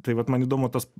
tai vat man įdomu tas